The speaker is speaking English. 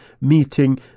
meeting